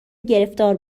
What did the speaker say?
گرفتار